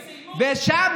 וסילקו,